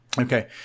Okay